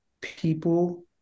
people